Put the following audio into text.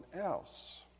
else